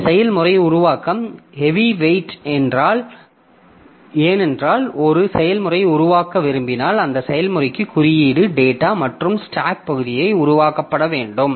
இந்த செயல்முறை உருவாக்கம் ஹெவிவெயிட் ஏனென்றால் ஒரு செயல்முறையை உருவாக்க விரும்பினால் அந்த செயல்முறைக்கு குறியீடு டேட்டா மற்றும் ஸ்டாக் பகுதியை உருவாக்கப்பட வேண்டும்